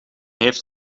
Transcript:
heeft